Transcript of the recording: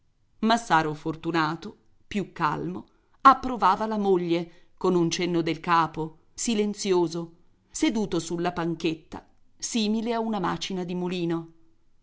massaro fortunato più calmo approvava la moglie con un cenno del capo silenzioso seduto sulla panchetta simile a una macina di mulino